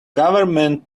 government